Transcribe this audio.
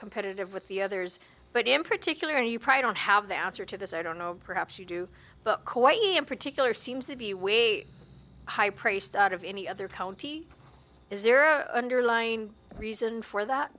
competitive with the others but in particular and you probably don't have the answer to this i don't know perhaps you do but quite in particular seems to be way high priced out of any other county is there underlying reason for that